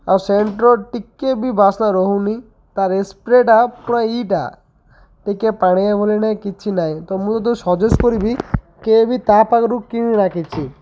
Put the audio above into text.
ଆଉ ସେଣ୍ଟ୍ର ଟିକେ ବି ବାସ୍ନା ରହୁନି ତାର୍ ଏ ସ୍ପ୍ରେଟା ପୁରା ଇଟା ଟିକେ ପାଣିଆ ବୋଲି ନାଇଁ କିଛି ନାଇଁ ତ ମୁଁ ତ ସଜେଷ୍ଟ କରିବି କିଏ ବି ତାପଖରୁ କିଣିନା କିିଛି